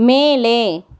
மேலே